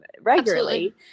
regularly